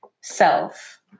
self